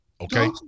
Okay